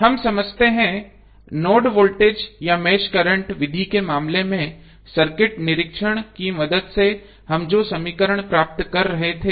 हम समझते हैं नोड वोल्टेज या मेष करंट विधि के मामले में सर्किट निरीक्षण की मदद से हम जो समीकरण प्राप्त कर रहे थे